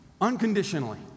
unconditionally